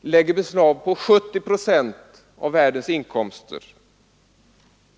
lägger beslag på 70 procent av världens inkomster.